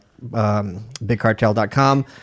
BigCartel.com